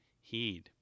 heed